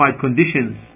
conditions